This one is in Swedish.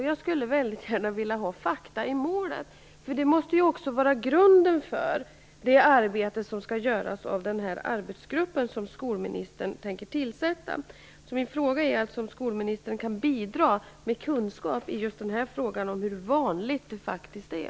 Jag skulle väldigt gärna vilja ha fakta i målet. Det måste ju också vara grunden för det arbete som skall göras av den arbetsgrupp som skolministern tänker tillsätta. Min fråga är alltså om skolministern kan bidra med kunskap i just den här frågan om hur vanligt det faktiskt är.